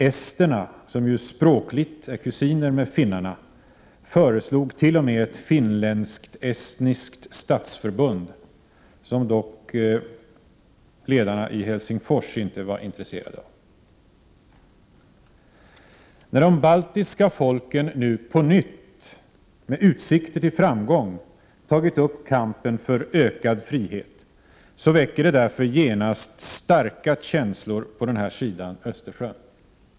Esterna, som ju språkligt är kusiner med finnarna, föreslog t.o.m. ett finländskt-estniskt statsförbund, som dock ledarna i Helsingfors inte var intresserade av. När de baltiska folken nu på nytt — med utsikter till framgång — tagit upp kampen för ökad frihet, väcker det därför genast starka känslor på den här sidan Östersjön.